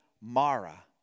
Mara